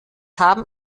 haben